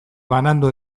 banandu